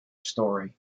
story